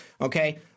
okay